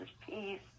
peace